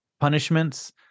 punishments